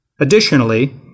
Additionally